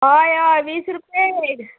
हय हय वीस रूपया एक